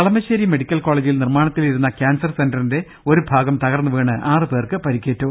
Kalamassery medical കോളേജിൽ പ്രനിർമ്മാണത്തിലിരുന്ന cancer സെന്ററിന്റെ ഒരുഭാഗം തകർന്നു വീണ് ആറു പേർക്ക് പരി ക്കേറ്റു